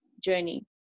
journey